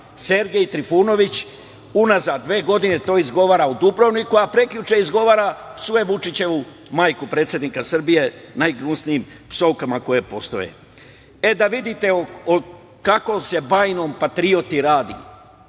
Sergej Trifunović unazad dve godine to izgovara u Dubrovniku, a prekjuče psuje Vučićevu majku najgnusnijim psovkama koje postoje.E, da vidite o kakvom se bajnom patrioti radi,